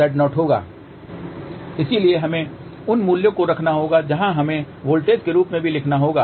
वह Zin2Z22Z0 होगा इसलिए हमें उन मूल्यों को रखना होगा और अब हमें वोल्टेज के रूप में भी लिखना होगा